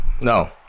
No